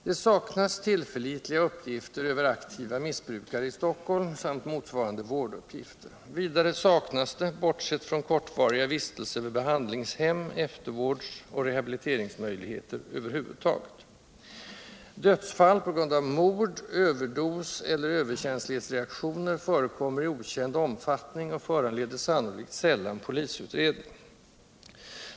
Det saknas tillförlitliga uppgifter över aktiva missbrukare i Stockholm, samt motsvarande vårduppgifter. Vidare saknas, bortsett från kortvariga vistelser vid behandlingshem, eftervårdsoch rehabiliteringsmöjligheter över huvud taget. Dödsfall på grund av mord, överdos eller överkänslighetsreaktioner förekommer i okänd omfattning och föranleder sannolikt sällan polisutredning.